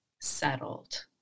settled